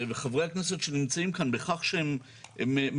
וחברי הכנסת שנמצאים כאן בכך שהם מעודדים,